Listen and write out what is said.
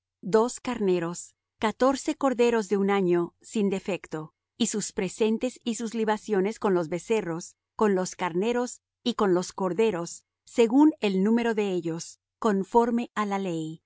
dos carneros catorce corderos de un año sin defecto y sus presentes y sus libaciones con los becerros con los carneros y con los corderos según el número de ellos conforme á la ley